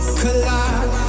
collide